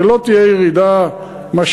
זו לא תהיה ירידה משמעותית.